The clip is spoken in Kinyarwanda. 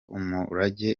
umurage